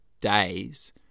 days